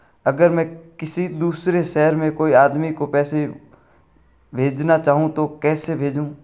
अगर मैं किसी दूसरे शहर में कोई आदमी को पैसे भेजना चाहूँ तो कैसे भेजूँ?